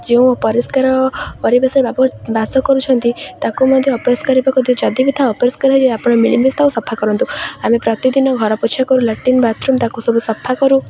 ଯେଉଁ ପରିଷ୍କାର ପରିବେଶରେ ବାସ କରୁଛନ୍ତି ତାକୁ ମଧ୍ୟ ଅପରିଷ୍କାର ପାକୁ ଯଦି ବିି ତାଥା ଅପରିଷ୍କାର ହେଇ ଆପଣ ମିଳିମିଶ ତାକୁ ସଫା କରନ୍ତୁ ଆମେ ପ୍ରତିଦିନ ଘର ପୋଛା କରୁ ଲ୍ୟାଟ୍ରିନ୍ ବାଥରୁମ୍ ତାକୁ ସବୁ ସଫା କରୁ